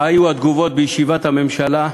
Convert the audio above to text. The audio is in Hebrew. מה היו התגובות בישיבת הממשלה,